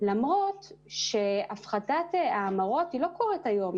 למרות שהפחתת ההמרות לא קורית היום,